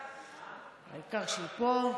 העיקר שהיא פה,